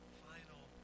final